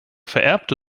vererbte